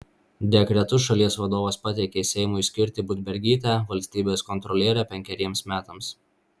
dekretu šalies vadovas pateikė seimui skirti budbergytę valstybės kontroliere penkeriems metams